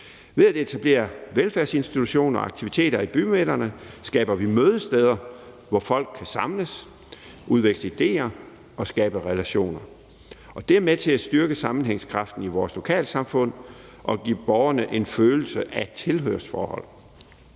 Ved at etablere velfærdsinstitutioner og aktiviteter i bymidterne skaber vi mødesteder, hvor folk kan samles, udveksle idéer og skabe relationer. Det er med til at styrke sammenhængskraften i vores lokalsamfund og give borgerne en følelse af tilhørsforhold.